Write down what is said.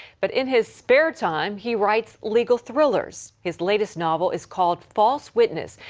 but in his spare time he writes legal thrillers. his latest novel is called false witness.